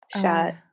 shot